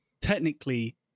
technically